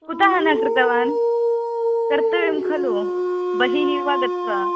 कुतः न कृतवान् कर्तव्यं खलु बहिः वा गत्वा